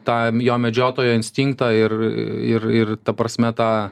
tą jo medžiotojo instinktą ir ir ir ta prasme tą